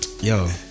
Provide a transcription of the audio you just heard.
Yo